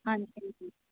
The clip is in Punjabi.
ਹਾਂਜੀ ਹਾਂਜੀ